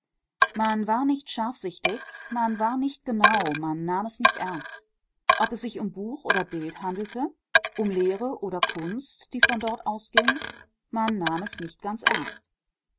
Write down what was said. man war nicht scharfsichtig man war nicht genau man nahm es nicht ernst ob es sich um buch oder bild handelte um lehre oder kunst die von dort ausging man nahm es nicht